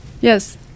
Yes